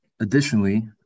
additionally